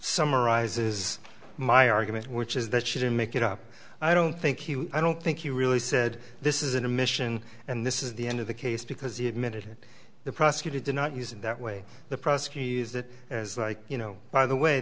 summarizes my argument which is that she didn't make it up i don't think he was i don't think he really said this is an admission and this is the end of the case because he admitted the prosecutor did not use it that way the prosecutor is that like you know by the way